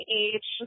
age